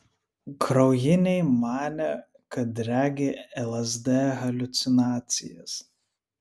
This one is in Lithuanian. kraujiniai manė kad regi lsd haliucinacijas